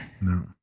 No